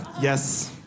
yes